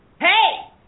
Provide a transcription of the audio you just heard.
Hey